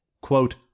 quote